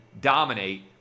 dominate